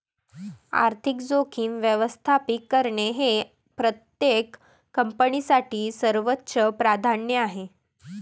आर्थिक जोखीम व्यवस्थापित करणे हे प्रत्येक कंपनीसाठी सर्वोच्च प्राधान्य आहे